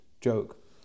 joke